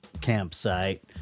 campsite